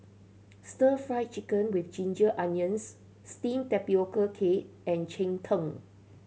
Stir Fry Chicken with ginger onions steamed tapioca cake and cheng tng